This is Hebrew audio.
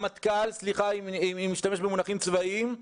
המטכ"ל סליחה אם אני משתמש במונחים צבאיים.